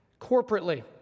corporately